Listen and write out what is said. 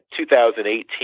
2018